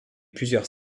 plusieurs